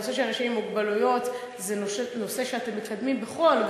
והנושא של אנשים עם מוגבלויות זה נושא שאתם מקדמים בכל,